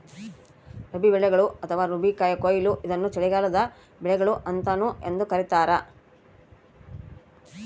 ರಬಿ ಬೆಳೆಗಳು ಅಥವಾ ರಬಿ ಕೊಯ್ಲು ಇದನ್ನು ಚಳಿಗಾಲದ ಬೆಳೆಗಳು ಅಂತಾನೂ ಎಂದೂ ಕರೀತಾರ